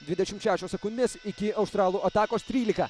dvidešim šešios sekundės iki australų atakos trylika